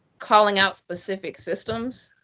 calling out specific systems.